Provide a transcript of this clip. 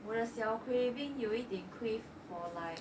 我的小 craving 有一点 crave for like